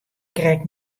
krekt